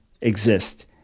exist